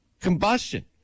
combustion